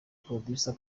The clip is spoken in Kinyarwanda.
producer